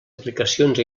aplicacions